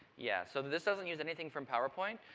yeah so this doesn't use anything from power point.